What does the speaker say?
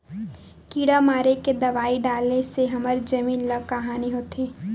किड़ा मारे के दवाई डाले से हमर जमीन ल का हानि होथे?